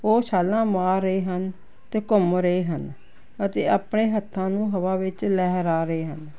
ਉਹ ਛਾਲਾ ਮਾਰ ਰਹੇ ਹਨ ਤੇ ਘੁੰਮ ਰਹੇ ਹਨ ਅਤੇ ਆਪਣੇ ਹੱਥਾਂ ਨੂੰ ਹਵਾ ਵਿੱਚ ਲਹਿਰਾ ਰਹੇ ਹਨ